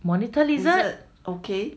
monitor lizard okay